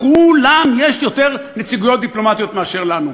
לכולם יש יותר נציגויות דיפלומטיות מאשר לנו.